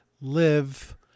live